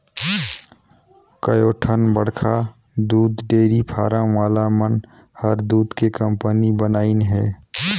कयोठन बड़खा दूद डेयरी फारम वाला मन हर दूद के कंपनी बनाईंन हें